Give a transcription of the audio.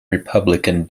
republican